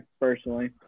personally